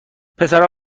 پسرها